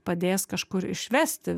padės kažkur išvesti